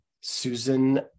Susan